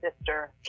sister